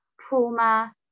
trauma